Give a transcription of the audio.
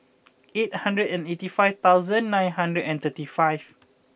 eight hundred and eighty five thousand nine hundred and thirty five